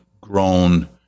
grown